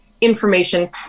information